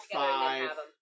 five